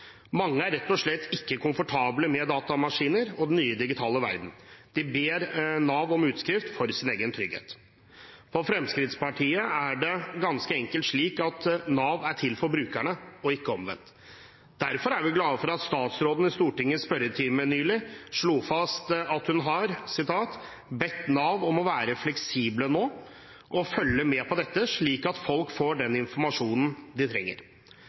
Mange er rett og slett ikke komfortable med datamaskiner og den nye digitale verden. De ber Nav om utskrift for sin egen trygghet. For Fremskrittspartiet er det ganske enkelt slik at Nav er til for brukerne og ikke omvendt. Derfor er vi glad for at statsråden i Stortingets spørretime nylig slo fast at hun «har bedt Nav om å være fleksible og følge med på dette, slik at folk får den informasjonen de trenger».